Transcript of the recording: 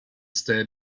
stale